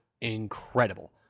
incredible